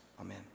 Amen